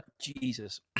Jesus